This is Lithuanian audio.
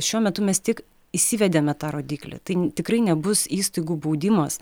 šiuo metu mes tik įsivedėme tą rodiklį tai tikrai nebus įstaigų baudimas